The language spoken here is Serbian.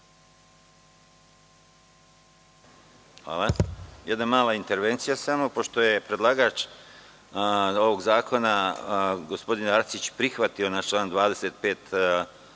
Hvala. Jedna mala intervencija. Pošto je predlagač ovog zakona gospodin Arsić prihvatio na član 25.